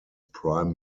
prime